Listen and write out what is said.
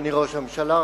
אדוני ראש הממשלה,